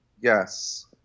Yes